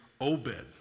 Obed